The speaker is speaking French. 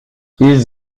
ils